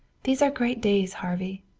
these are great days, harvey.